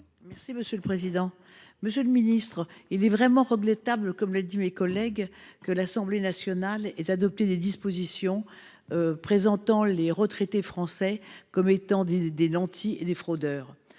n° 1175 rectifié. Monsieur le ministre, il est vraiment regrettable, comme l’ont dit mes collègues, que l’Assemblée nationale ait adopté des dispositions présentant les retraités français comme étant des nantis et des fraudeurs.